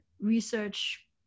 research